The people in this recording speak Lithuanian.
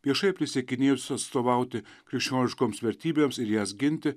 viešai prisiekinėjusios atstovauti krikščioniškoms vertybėms ir jas ginti